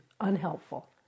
unhelpful